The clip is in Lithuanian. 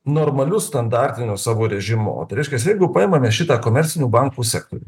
normaliu standartiniu savo režimu o tai reiškias jeigu paimame šitą komercinių bankų sektorių